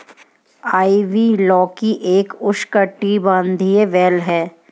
ivy लौकी एक उष्णकटिबंधीय बेल है